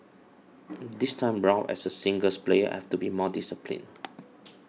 this time round as a singles player I have to be more disciplined